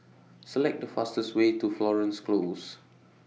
Select The fastest Way to Florence Close